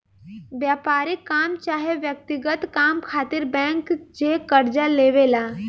व्यापारिक काम चाहे व्यक्तिगत काम खातिर बैंक जे कर्जा देवे ला